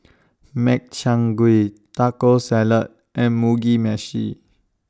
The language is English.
Makchang Gui Taco Salad and Mugi Meshi